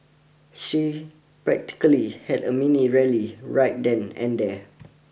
she practically had a mini rally right then and there